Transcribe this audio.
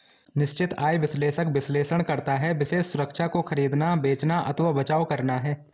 निश्चित आय विश्लेषक विश्लेषण करता है विशेष सुरक्षा को खरीदना, बेचना अथवा बचाव करना है